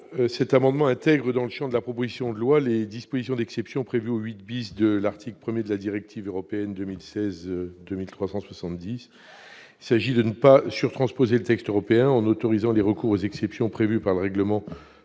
rectifié vise à intégrer dans le champ de la proposition de loi les dispositions d'exception prévues au 8 de l'article 1 de la directive européenne 2016/2370. Il s'agit de ne pas surtransposer le texte européen, en autorisant le recours aux exceptions prévues par le règlement pour des